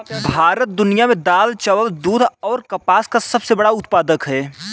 भारत दुनिया में दाल, चावल, दूध, जूट और कपास का सबसे बड़ा उत्पादक है